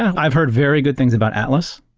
i've heard very good things about atlas.